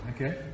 Okay